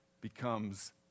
becomes